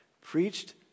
Preached